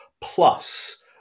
Plus